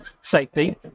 safety